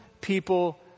people